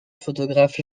photographe